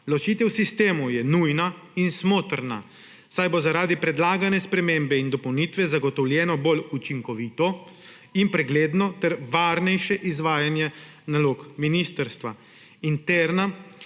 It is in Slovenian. Ločitev sistemov je nujna in smotrna, saj bo zaradi predlagane spremembe in dopolnitve zagotovljeno bolj učinkovito in pregledno ter varnejše izvajanje nalog ministrstva. Interna